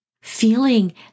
feeling